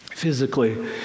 physically